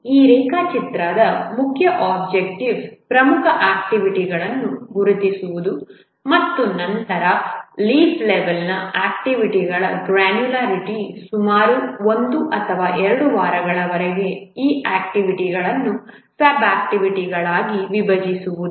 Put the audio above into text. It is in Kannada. ಈ ರೇಖಾಚಿತ್ರದ ಮುಖ್ಯ ಒಬ್ಜೆಕ್ಟಿವ್ಸ್ ಪ್ರಮುಖ ಆಕ್ಟಿವಿಟಿಗಳನ್ನು ಗುರುತಿಸುವುದು ಮತ್ತು ನಂತರ ಎಲೀಫ್ ಲೆವೆಲ್ನ ಆಕ್ಟಿವಿಟಿಗಳ ಗ್ರ್ಯಾನ್ಯುಲಾರಿಟಿ ಸುಮಾರು ಒಂದು ಅಥವಾ ಎರಡು ವಾರಗಳವರೆಗೆ ಈ ಗಳನ್ನು ಸಬ್ ಆಕ್ಟಿವಿಟಿಗಳಾಗಿ ವಿಭಜಿಸುವುದು